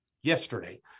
yesterday